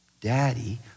Daddy